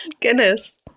Goodness